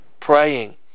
praying